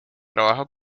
trabaja